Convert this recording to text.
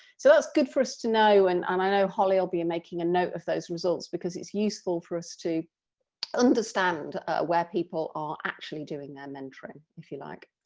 so that's good for us to know and i know holly will be and making a note of those results because it's useful for us to understand where people are actually doing their mentoring, if you like.